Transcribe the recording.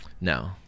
no